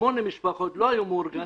שמונה משפחות לא היו מאורגנות,